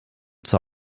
zur